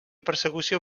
persecució